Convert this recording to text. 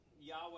Yahweh